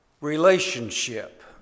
relationship